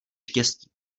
štěstí